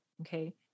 okay